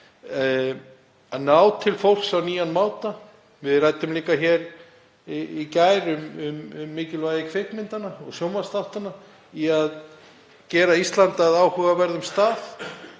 að ná til fólks á nýjan máta. Við ræddum líka hér í gær um mikilvægi kvikmyndanna og sjónvarpsþáttanna í að gera Ísland að áhugaverðum stað.